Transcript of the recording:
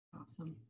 awesome